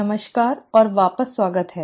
नमस्कार और वापस स्वागत है